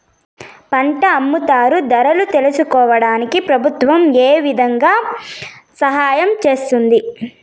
పంట అమ్ముతారు ధరలు తెలుసుకోవడానికి ప్రభుత్వం ఏ విధంగా సహాయం చేస్తుంది?